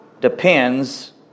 Depends